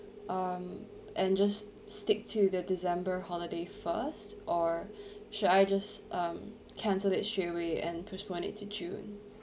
um and just stick to the december holiday first or should I just um cancel it straightaway and postpone it to june